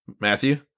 Matthew